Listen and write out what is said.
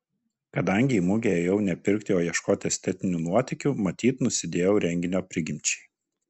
kadangi į mugę ėjau ne pirkti o ieškoti estetinių nuotykių matyt nusidėjau renginio prigimčiai